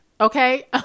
okay